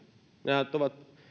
nehän nyt ovat